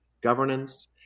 governance